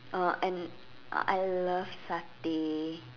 uh and I love satay